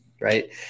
right